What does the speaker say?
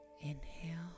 Inhale